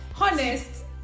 Honest